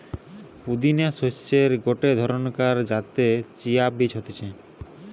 পুদিনা শস্যের গটে ধরণকার যাতে চিয়া বীজ হতিছে